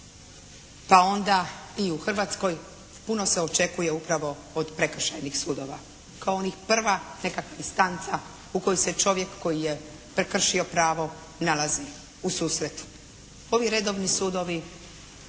pa onda i u Hrvatskoj puno se očekuje upravo od prekršajnih sudova kao i prva neka distanca u kojoj se čovjek koji je prekršio pravo nalazi u susretu. Ovi redovni sudovi